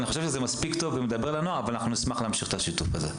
אבל אני חושב שזה מספיק טוב ונשמח בכל זאת להמשיך שיתוף כזה.